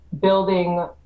building